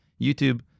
YouTube